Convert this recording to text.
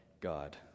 God